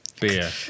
beer